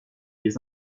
des